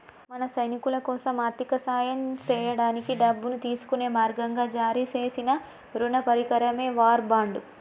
మన సైనికులకోసం ఆర్థిక సాయం సేయడానికి డబ్బును తీసుకునే మార్గంగా జారీ సేసిన రుణ పరికరమే వార్ బాండ్